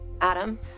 Adam